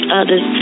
others